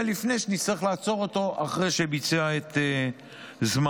לפני שנצטרך לעצור אותו אחרי שביצע את זממו.